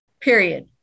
period